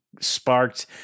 sparked